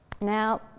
Now